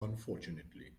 unfortunately